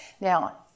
Now